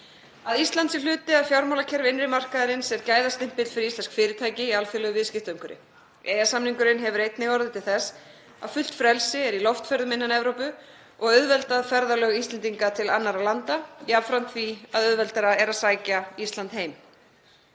Að Ísland sé hluti af fjármálakerfi innri markaðarins er gæðastimpill fyrir íslensk fyrirtæki í alþjóðlegu viðskiptaumhverfi. EES-samningurinn hefur einnig orðið til þess að fullt frelsi er í loftferðum innan Evrópu og auðveldar ferðalög Íslendinga til annarra landa jafnframt því að auðveldara er að sækja Ísland heim.